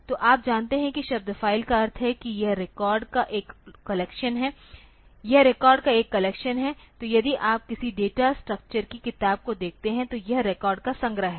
तो आप जानते हैं कि शब्द फ़ाइल का अर्थ है कि यह रिकॉर्ड का एक कलेक्शन है यह रिकॉर्ड का एक कलेक्शन है तो यदि आप किसी भी डेटा स्ट्रक्चर की किताब को देखते हैं तो यह रिकॉर्ड का संग्रह है